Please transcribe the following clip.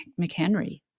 McHenry